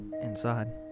inside